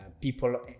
People